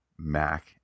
mac